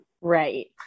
right